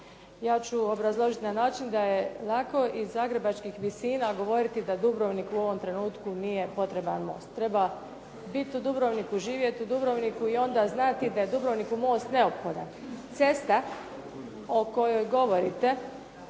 Ja ću obrazložiti na način da je lako iz zagrebačkih visina govoriti da Dubrovniku u ovom trenutku nije potreban most, treba biti u Dubrovniku, živjeti u Dubrovniku i onda znati da je Dubrovniku most neophodan. Cesta o kojoj govorite